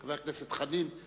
חבר הכנסת אורבך.